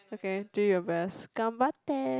okay do your best ganbatte